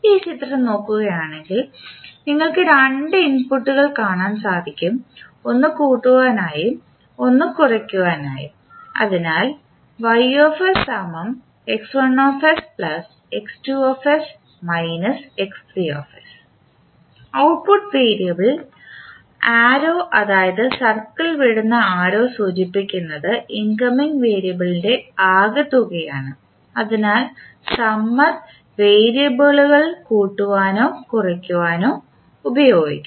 ഈ ചിത്രം നോക്കുകയാണെങ്കിൽ നിങ്ങൾക്ക് രണ്ട് ഇൻപുട്ടുകൾ കാണാൻ സാധിക്കും ഒന്ന് കൂട്ടുവാൻ ആയും ഒന്ന് കുറയ്ക്കാൻ ആയും അതിനാൽ ഔട്ട്പുട്ട് വേരിയബിൾ ആരോ അതായത് സർക്കിൾ വിടുന്ന ആരോ സൂചിപ്പിക്കുന്നത് ഇൻകമിംഗ് വേരിയബിളിൻറെ ആകെ തുകയാണ് അതിനാൽ സമ്മർ വേരിയബിളുകൾ കൂട്ടുവാനോ കുറയ്ക്കുവാനോ ഉപയോഗിക്കുന്നു